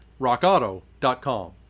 RockAuto.com